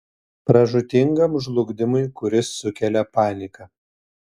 pražūtingam žlugdymui kuris sukelia panika